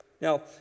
Now